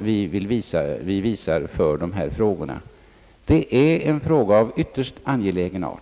vi hyser för dessa frågor som är ytterst angelägna.